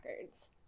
records